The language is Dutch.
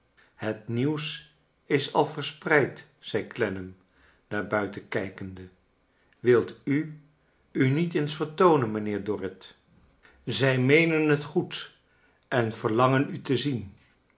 het nieuws is al verspreid zei clennam naar buiten kijkende wilt u u niet eens vertoonen mijnheer dorrit zij meenen het goed en verlangen u te zien